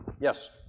yes